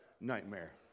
nightmare